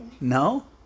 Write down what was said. No